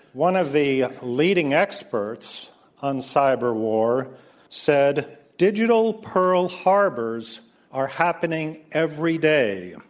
one of the leading experts on cyber war said, digital pearl harbors are happening every day.